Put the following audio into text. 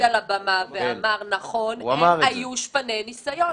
לפי מה שאתה אומר תעשו מבחני לשכה שיש בהם רק פרקטיקה,